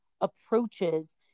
approaches